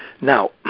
Now